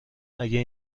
اگه